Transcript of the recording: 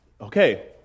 Okay